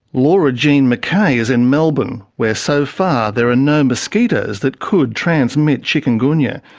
laura jean mckay's in melbourne, where so far there are no mosquitoes that could transmit chikungunya.